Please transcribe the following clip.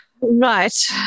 Right